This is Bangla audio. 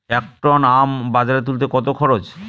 এক টন আম বাজারে তুলতে কত খরচ?